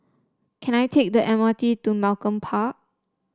can I take the M R T to Malcolm Park